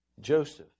Joseph